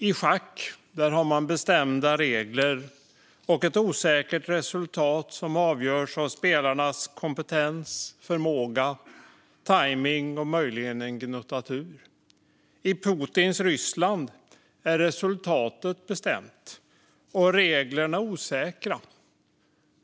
I schack har man bestämda regler och ett osäkert resultat som avgörs av spelarnas kompetens, förmåga, tajmning och möjligen en gnutta tur. I Putins Ryssland är resultatet bestämt och reglerna osäkra.